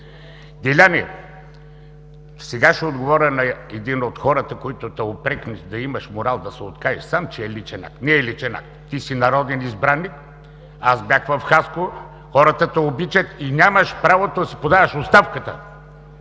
Деляне, сега ще отговоря на един от хората, които те упрекваха да имаш морал да се откажеш сам, защото било личен акт. Не е личен акт – ти си народен избраник! Аз бях в Хасково, хората те обичат и нямаш правото да си подаваш оставката!